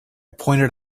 pointed